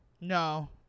No